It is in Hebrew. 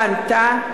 בנתה,